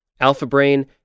Alphabrain